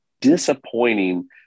disappointing